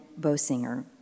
Bosinger